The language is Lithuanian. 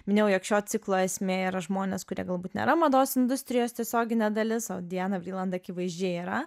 minėjau jog šio ciklo esmė yra žmonės kurie galbūt nėra mados industrijos tiesioginė dalis o diana vriland akivaizdžiai yra